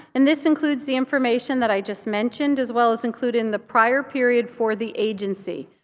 and this includes the information that i just mentioned, as well as included in the prior period for the agency.